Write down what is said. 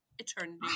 Eternity